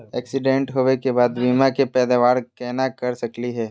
Accident होवे के बाद बीमा के पैदावार केना कर सकली हे?